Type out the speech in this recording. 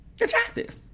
attractive